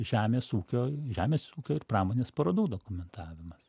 žemės ūkio žemės ūkio ir pramonės parodų dokumentavimas